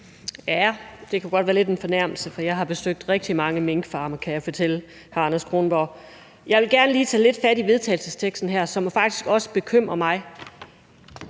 Ja, det kan godt være lidt af en fornærmelse, for jeg har besøgt rigtig mange minkfarme, kan jeg fortælle hr. Anders Kronborg. Jeg vil gerne lige tage lidt fat i forslaget til vedtagelse her, som faktisk også bekymrer mig.